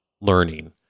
learning